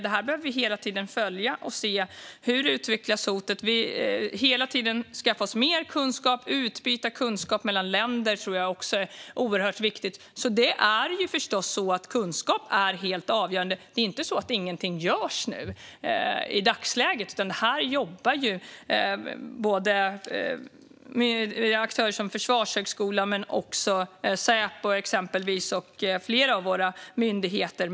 Vi behöver hela tiden följa det här och se hur hotet utvecklas, och vi behöver hela tiden skaffa oss mer kunskap. Att utbyta kunskap mellan länder tror jag också är oerhört viktigt. Kunskap är förstås helt avgörande, och det är inte så att ingenting görs i dagsläget. Det här jobbar aktörer som Försvarshögskolan med att följa, liksom Säpo och flera av våra myndigheter.